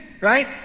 right